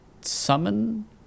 summon